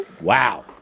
wow